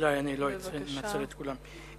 אולי לא אנצל את כולן.